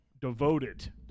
devoted